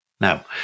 Now